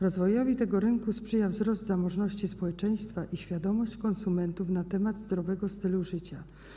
Rozwojowi tego rynku sprzyjają wzrost zamożności społeczeństwa i świadomość konsumentów na temat zdrowego stylu życia.